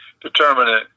determine